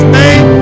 name